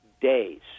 days